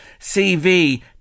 CV